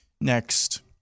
Next